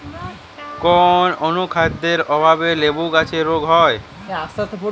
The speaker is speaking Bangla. কোন অনুখাদ্যের অভাবে লেবু গাছের রোগ হয়?